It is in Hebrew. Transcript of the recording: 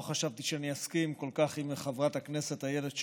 לא חשבתי שאני אסכים כל כך עם חברת הכנסת איילת שקד,